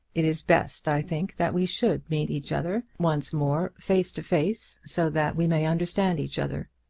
it is best, i think, that we should meet each other once more face to face, so that we may understand each other.